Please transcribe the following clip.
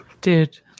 dude